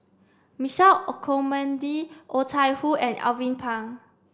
Michael Olcomendy Oh Chai Hoo and Alvin Pang